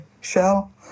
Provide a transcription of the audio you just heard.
shell